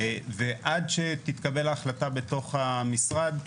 עד שתתקבל ההחלטה בתוך המשרד,